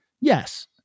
Yes